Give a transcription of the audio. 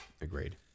agreed